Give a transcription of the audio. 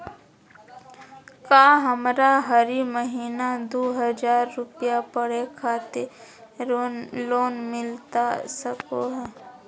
का हमरा हरी महीना दू हज़ार रुपया पढ़े खातिर लोन मिलता सको है?